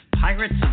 Pirates